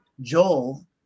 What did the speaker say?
joel